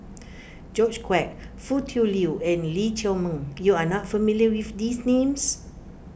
George Quek Foo Tui Liew and Lee Chiaw Meng you are not familiar with these names